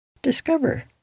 Discover